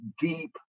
deep